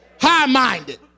high-minded